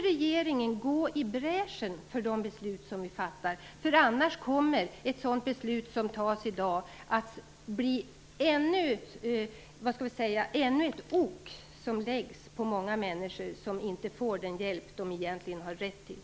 Regeringen måste gå i bräschen för de beslut som vi fattar, för annars kommer ett sådant beslut som fattas i dag att bli ännu ett ok på många människor som inte får den hjälp som de egentligen har rätt till.